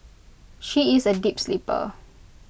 she is A deep sleeper